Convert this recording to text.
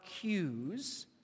cues